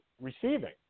receiving